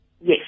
Yes